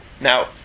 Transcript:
Now